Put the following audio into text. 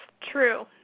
True